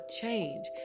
change